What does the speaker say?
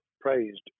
praised